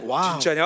Wow